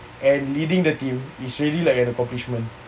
and leading the team is really like an accomplishment